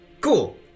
Cool